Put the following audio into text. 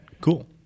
cool